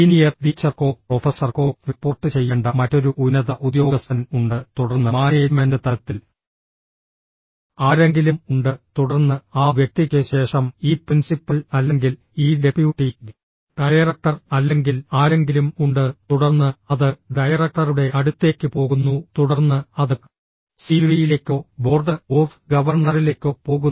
senior ടീച്ചർക്കോ പ്രൊഫസർക്കോ report ചെയ്യേണ്ട മറ്റൊരു ഉന്നത ഉദ്യോഗസ്ഥൻ ഉണ്ട് തുടർന്ന് മാനേജ്മെന്റ് തലത്തിൽ ആരെങ്കിലും ഉണ്ട് തുടർന്ന് ആ വ്യക്തിക്ക് ശേഷം ഈ പ്രിൻസിപ്പൽ അല്ലെങ്കിൽ ഈ ഡെപ്യൂട്ടി ഡയറക്ടർ അല്ലെങ്കിൽ ആരെങ്കിലും ഉണ്ട് തുടർന്ന് അത് ഡയറക്ടറുടെ അടുത്തേക്ക് പോകുന്നു തുടർന്ന് അത് സിഇഒയിലേക്കോ ബോർഡ് ഓഫ് ഗവർണറിലേക്കോ പോകുന്നു